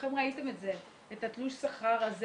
כולכם ראיתם את תלוש השכר?